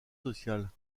sociales